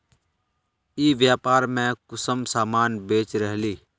ई व्यापार में कुंसम सामान बेच रहली?